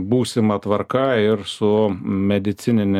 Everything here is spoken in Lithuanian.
būsima tvarka ir su medicinine